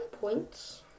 points